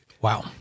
Wow